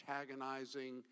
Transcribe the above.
antagonizing